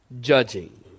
judging